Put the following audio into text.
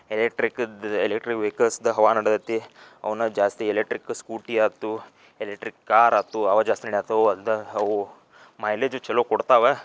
ಎಲೆಕ್ಟ್ರಿಕ್ದು electric ವೆಹಿಕಲ್ಸ್ದು ಹವಾ ನಡ್ದೇತಿ ಅವನ್ನ ಜಾಸ್ತಿ ಎಲೆಕ್ಟ್ರಿಕ್ ಸ್ಕೂಟಿ ಆಯ್ತು ಎಲೆಕ್ಟ್ರಿಕ್ ಕಾರ್ ಆಯ್ತು ಅವು ಜಾಸ್ತಿ ನಡೆಯತ್ತವು ಅಲ್ದೇ ಅವು ಮೈಲೇಜ್ ಚಲೋ ಕೊಡ್ತಾವೆ